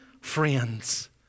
friends